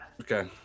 Okay